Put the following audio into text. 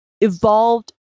evolved